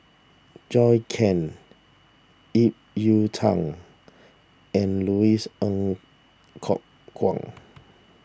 Zhou Can Ip Yiu Tung and Louis Ng Kok Kwang